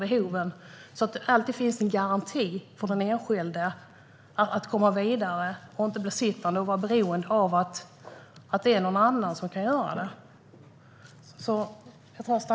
På så sätt skulle det alltid finnas en garanti för den enskilde att komma vidare och inte bli sittande och vara beroende av att det finns någon annan som kan göra det.